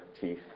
teeth